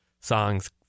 songs